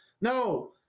No